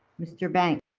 mr. banks?